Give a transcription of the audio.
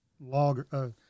logger